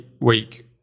week